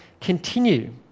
continue